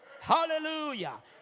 Hallelujah